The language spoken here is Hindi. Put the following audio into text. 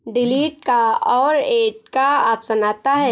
डिलीट का और ऐड का ऑप्शन आता है